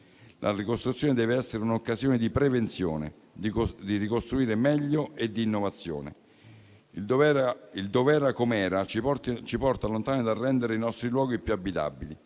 la ricostruzione deve essere un'occasione di prevenzione, di ricostruire meglio e di innovazione. Il motto "dov'era com'era" ci porta lontani dal rendere i nostri luoghi più abitabili.